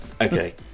Okay